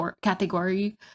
category